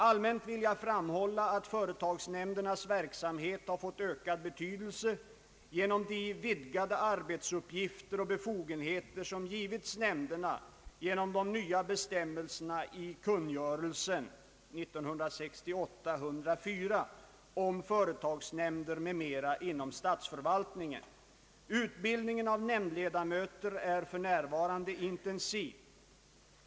Allmänt vill jag framhålla att företagsnämndernas verksamhet har fått ökad betydelse genom de vidgade arbetsuppgifter och befogenheter som givits nämnderna genom de nya bestämmelserna i kungörelsen om företagsnämnder m.m. inom statsförvaltningen. Utbildningen av nämndledamöter är för närvarande intensiv.